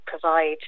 provide